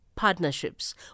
Partnerships